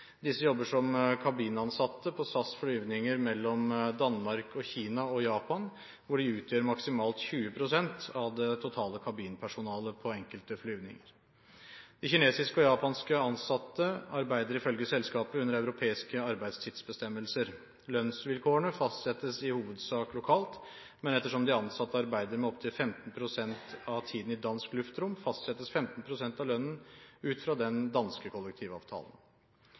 Disse jobber som kabinansatte på SAS’ flyvninger mellom Danmark og Kina og Japan, hvor de utgjør maksimalt 20 pst. av det totale kabinpersonalet på enkelte flyvninger. De kinesiske og japanske ansatte arbeider ifølge selskapet under europeiske arbeidstidsbestemmelser. Lønnsvilkårene fastsettes i hovedsak lokalt, men ettersom de ansatte arbeider opp til 15 pst. av tiden i dansk luftrom, fastsettes 15 pst. av lønnen ut fra den danske kollektivavtalen.